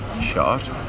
shot